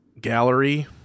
Gallery